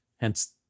Hence